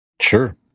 Sure